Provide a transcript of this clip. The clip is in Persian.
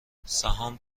سهام